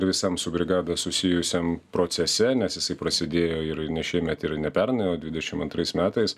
visam su brigada susijusiam procese nes jisai prasidėjo ir ne šiemet yra ne pernai o dvidešim antrais metais